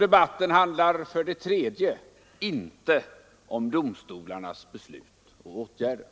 Debatten handlar för det tredje inte om domstolarnas beslut och åtgärder.